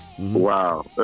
Wow